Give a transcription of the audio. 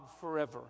forever